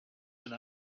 and